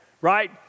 right